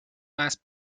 más